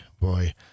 boy